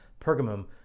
Pergamum